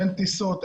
שאין טיסות,